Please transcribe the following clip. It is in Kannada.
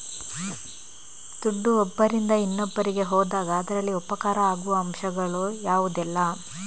ದುಡ್ಡು ಒಬ್ಬರಿಂದ ಇನ್ನೊಬ್ಬರಿಗೆ ಹೋದಾಗ ಅದರಲ್ಲಿ ಉಪಕಾರ ಆಗುವ ಅಂಶಗಳು ಯಾವುದೆಲ್ಲ?